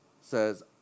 says